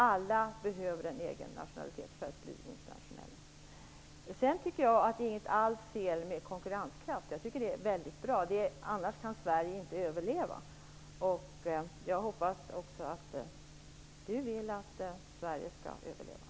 Alla behöver en egen nationalitet för att bli internationella. Jag tycker inte alls att det är något fel med konkurrenskraft, utan det är väldigt bra - annars kan Sverige inte överleva. Jag hoppas att också Peter Eriksson vill att Sverige skall överleva.